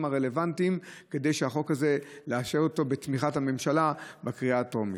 הרלוונטיים כדי לאשר את החוק הזה בתמיכת הממשלה בקריאה הטרומית.